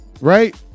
right